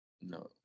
no